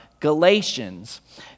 galatians